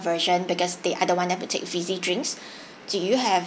version because they are the one that never take fizzy drinks do you have